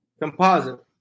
composite